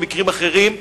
במקרים אחרים,